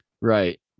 right